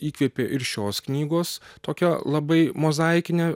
įkvėpė ir šios knygos tokia labai mozaikinę